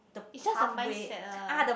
is just a mindset lah